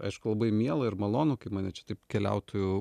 aišku labai miela ir malonu kaip mane čia taip keliautoju